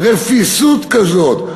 רפיסות כזאת,